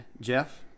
Jeff